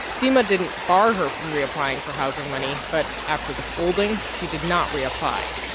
fema didn't bar her from reapplying for housing money, but after the scolding, she did not reapply.